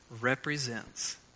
represents